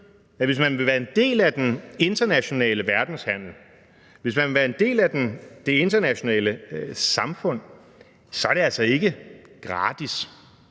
at hvis man vil være en del af den internationale verdenshandel, hvis man vil være en del af det internationale samfund, så er det altså ikke gratis.